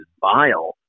vile